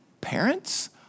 parents